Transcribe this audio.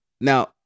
Now